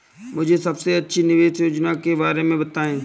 मुझे सबसे अच्छी निवेश योजना के बारे में बताएँ?